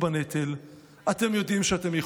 פוטר את עצמו באופן גורף.